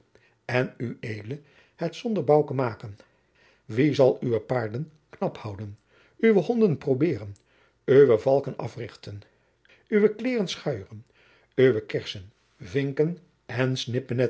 en ued het zonder bouke maken wie zal uwe paarden knap houden uwe honden probeeren uwe valken africhten uwe kleêren schuieren uwe kerssen vinken en snippennetten